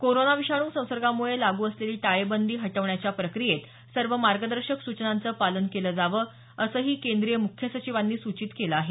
corona विषाणू संसर्गामुळे लागू असलेली टाळेबंदी हटवण्याच्या प्रक्रियेत सर्व मार्गदर्शक सूचनांचं पालन केलं जावं असंही केंद्रीय मुख्य सचिवांनी सूचित केलं आहे